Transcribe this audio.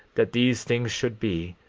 that these things should be,